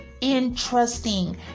interesting